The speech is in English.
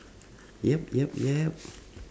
yup yup yup